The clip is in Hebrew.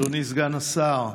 אדוני סגן השר,